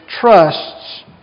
trusts